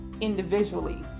individually